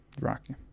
Rocky